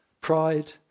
pride